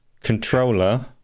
controller